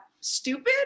stupid